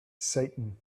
satan